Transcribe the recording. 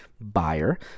buyer